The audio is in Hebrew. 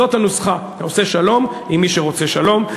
זאת הנוסחה: אתה עושה שלום עם מי שרוצה שלום.